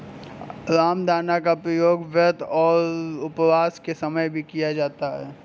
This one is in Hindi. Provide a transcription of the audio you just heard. रामदाना का प्रयोग व्रत और उपवास के समय भी किया जाता है